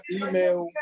email